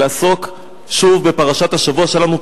ולעסוק שוב בפרשת השבוע שלנו.